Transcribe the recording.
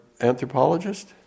anthropologist